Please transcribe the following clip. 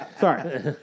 Sorry